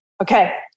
Okay